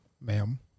ma'am